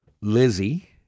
Lizzie